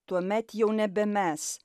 tuomet jau nebe mes